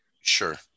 Sure